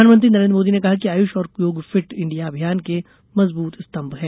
प्रधानमंत्री नरेन्द्र मोदी ने कहा है कि आयुष और योग फिट इंडिया अभियान के मजबूत स्तम्भ हैं